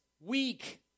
Weak